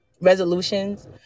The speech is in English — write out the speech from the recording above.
resolutions